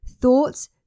thoughts